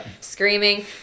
screaming